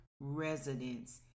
Residents